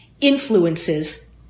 influences